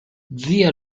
zia